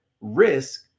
risk